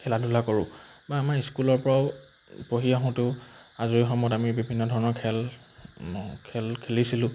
খেলা ধূলা কৰোঁ বা আমাৰ স্কুলৰ পৰাও পঢ়ি আহোঁতেও আজৰি সময়ত আমি বিভিন্ন ধৰণৰ খেল খেল খেলিছিলোঁ